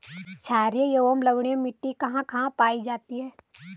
छारीय एवं लवणीय मिट्टी कहां कहां पायी जाती है?